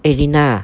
elena